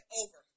over